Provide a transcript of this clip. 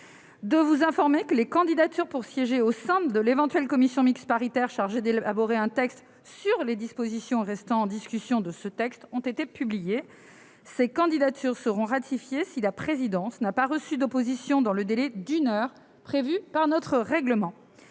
Je vous informe que les candidatures pour siéger au sein de l'éventuelle commission mixte paritaire chargée d'élaborer un texte sur les dispositions de ce projet de loi restant en discussion ont été publiées. Ces candidatures seront ratifiées si la présidence n'a pas reçu d'opposition dans le délai d'une heure prévu par notre règlement.